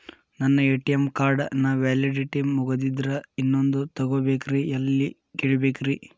ನನ್ನ ATM card ನ validity ಮುಗದದ್ರಿ ಇನ್ನೊಂದು ತೊಗೊಬೇಕ್ರಿ ಎಲ್ಲಿ ಕೇಳಬೇಕ್ರಿ?